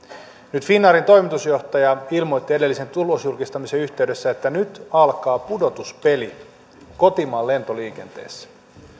nyt finnairin toimitusjohtaja ilmoitti edellisen tulosjulkistamisen yhteydessä että nyt alkaa pudotuspeli kotimaan lentoliikenteessä